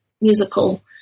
musical